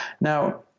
Now